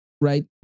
right